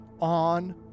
on